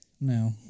no